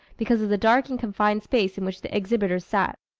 because of the dark and confined space in which the exhibitors sat.